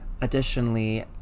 Additionally